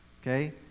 Okay